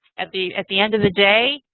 at the at the end of the day,